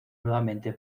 nuevamente